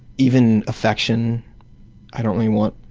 even affection i don't really want,